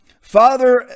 Father